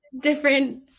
different